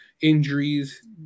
injuries